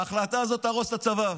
ההחלטה הזאת תהרוס את הצבא.